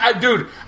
Dude